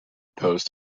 post